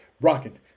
rocking